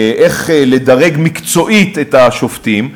איך לדרג מקצועית את השופטים,